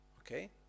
Okay